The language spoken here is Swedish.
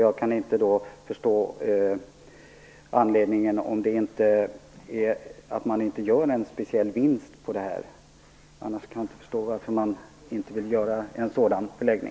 Jag kan inte se någon annan anledning till att inte göra en sådan förläggning än att man gör en speciell vinst på att låta bli att göra den.